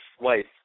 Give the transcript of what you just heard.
wife